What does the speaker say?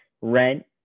rent